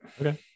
Okay